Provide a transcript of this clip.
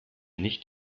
nicht